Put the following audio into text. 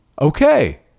Okay